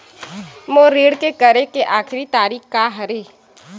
मोर ऋण के करे के आखिरी तारीक का हरे?